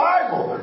Bible